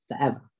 forever